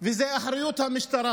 וזו אחריות המשטרה,